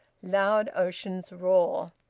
loud ocean's roar.